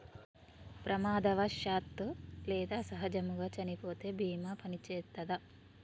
ప్రమాదవశాత్తు లేదా సహజముగా చనిపోతే బీమా పనిచేత్తదా?